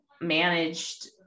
managed